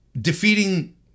defeating